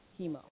chemo